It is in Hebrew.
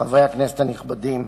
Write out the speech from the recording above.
חברי הכנסת הנכבדים,